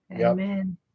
Amen